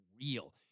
real